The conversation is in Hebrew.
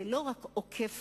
זה לא רק עוקף-כנסת,